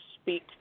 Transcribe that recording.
speak